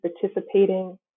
participating